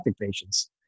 patients